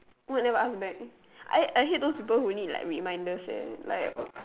why you never ask back I I hate those people who need like reminders eh like